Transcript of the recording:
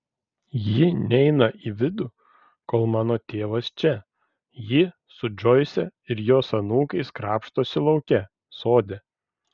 ji neina į vidų kol mano tėvas čia ji su džoise ir jos anūkais krapštosi lauke sode